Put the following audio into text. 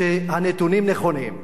שהנתונים נכונים.